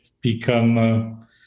become